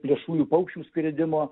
plėšriųjų paukščių skridimo